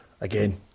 Again